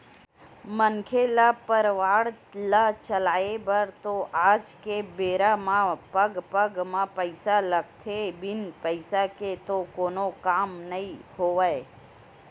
मनखे ल परवार ल चलाय बर तो आज के बेरा म पग पग म पइसा लगथे बिन पइसा के तो कोनो काम नइ होवय